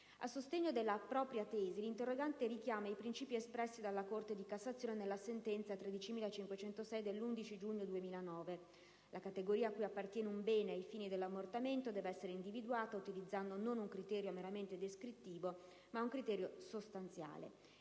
A sostegno della propria tesi l'interrogante richiama i principi espressi dalla Corte di cassazione nella sentenza n. 13506 dell'11 giugno 2009 (la categoria a cui appartiene un bene ai fini dell'ammortamento deve essere individuata "utilizzando non un criterio meramente descrittivo(...) ma un criterio sostanziale")